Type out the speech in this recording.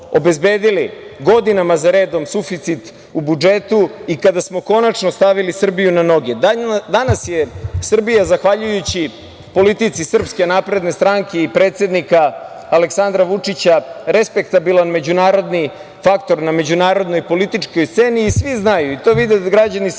godinama za redom suficit u budžetu i kada smo konačno stavili Srbiju na noge. Danas je Srbija zahvaljujući politici SNS i predsednika Aleksandra Vučića respektabilan međunarodni faktor na međunarodnoj političkoj sceni i svi znaju da je Srbija